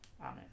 Amen